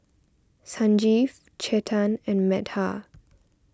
Sanjeev Chetan and Medha